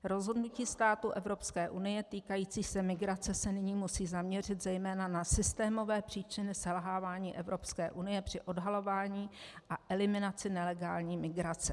Rozhodnutí států Evropské unie týkající se migrace se nyní musí zaměřit zejména na systémové příčiny selhávání Evropské unie při odhalování a eliminaci nelegální migrace.